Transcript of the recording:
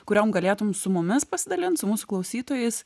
kuriomis galėtum su mumis pasidalint su mūsų klausytojais